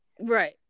Right